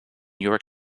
york